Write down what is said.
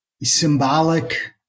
symbolic